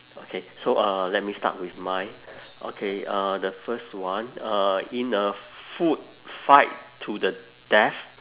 okay so uh let me start with mine okay uh the first one uh in a food fight to the death